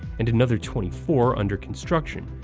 and another twenty four under construction.